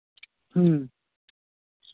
ᱦᱮᱸ